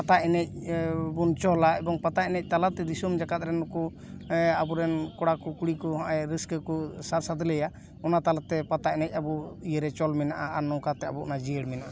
ᱯᱟᱛᱟ ᱮᱱᱮᱡ ᱵᱚᱱ ᱪᱚᱞᱟ ᱮᱵᱚᱝ ᱯᱟᱛᱟ ᱮᱱᱮᱡ ᱛᱟᱞᱟᱛᱮ ᱫᱤᱥᱚᱢ ᱡᱟᱠᱟᱫ ᱨᱮᱱ ᱱᱩᱠᱩ ᱟᱵᱚ ᱨᱮᱱ ᱠᱚᱲᱟ ᱠᱚ ᱠᱩᱲᱤ ᱠᱚ ᱱᱚᱜ ᱚᱭ ᱨᱟᱹᱥᱠᱟᱹ ᱠᱚ ᱥᱟᱨ ᱥᱟᱫᱽᱞᱮᱭᱟ ᱚᱱᱟ ᱛᱟᱞᱟᱛᱮ ᱯᱟᱛᱟ ᱮᱱᱮᱡ ᱟᱵᱚ ᱤᱭᱟᱹᱨᱮ ᱪᱚᱞ ᱢᱮᱱᱟᱜᱼᱟ ᱟᱨ ᱱᱚᱝᱠᱟᱛᱮ ᱟᱵᱚ ᱡᱤᱭᱟᱹᱲ ᱢᱮᱱᱟᱜᱼᱟ